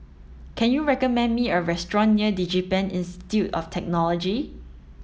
can you recommend me a restaurant near DigiPen Institute of Technology